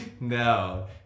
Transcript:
No